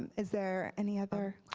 is there any other